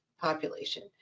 population